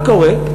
מה קורה?